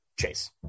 Chase